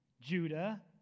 Judah